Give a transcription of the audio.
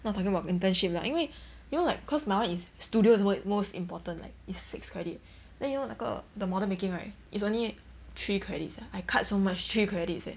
not talking about internship lah 因为 you know like cause my one is studio is most most important like is six credit then you know 那个 the model making right it's only three credits I cut so much three credits leh